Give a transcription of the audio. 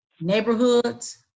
neighborhoods